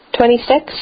Twenty-six